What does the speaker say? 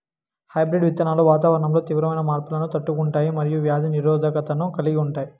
hybrid విత్తనాలు వాతావరణంలో తీవ్రమైన మార్పులను తట్టుకుంటాయి మరియు వ్యాధి నిరోధకతను కలిగి ఉంటాయి